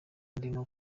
ndimo